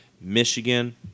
Michigan